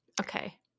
Okay